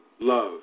Love